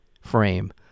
frame